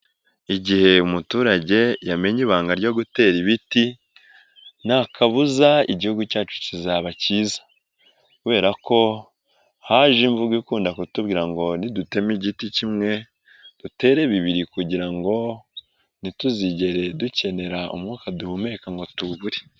Igihe umuturage yamenye ibanga ryo gutera ibiti nta kabuza igihugu cyacu kizaba cyiza kubera ko haje imvugo ikunda kutubwira ngo ni dutema igiti kimwe dutere bibiri kugira ngo ntituzigere dukenera umwuka duhumeka ngo tuwubure.